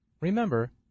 Remember